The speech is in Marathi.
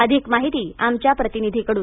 अधिक माहिती आमच्या प्रतिनिधीकडून